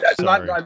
Sorry